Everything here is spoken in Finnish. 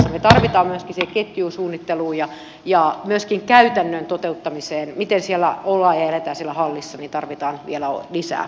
me tarvitsemme myöskin siihen ketjuun suunnitteluun ja myöskin käytännön toteuttamiseen miten siellä hallissa ollaan ja eletään vielä lisää ohjeita